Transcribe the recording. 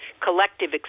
collective